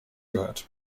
gehört